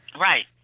Right